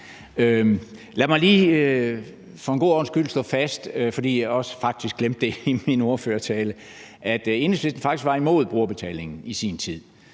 Lad mig lige for god ordens skyld slå fast – også fordi jeg faktisk glemte det i min ordførertale – at Enhedslisten faktisk var imod brugerbetalingen i sin tid.